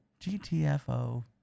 GTFO